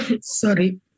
Sorry